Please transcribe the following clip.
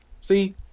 See